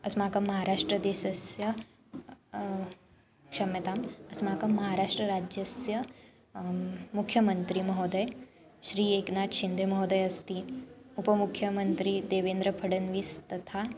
अस्माकं महाराष्ट्रदेशस्य क्षम्यताम् अस्माकं महाराष्ट्रराज्यस्य मुख्यमन्त्रीमहोदयः श्री एकनाथ्शिन्दे महोदयः अस्ति उपमुख्यमन्त्री देवेन्द्रफड्न्वीस् तथा